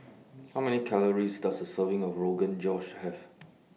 How Many Calories Does A Serving of Rogan Josh Have